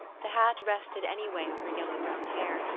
the hat rested any way on her yellow-brown hair,